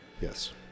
Yes